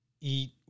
eat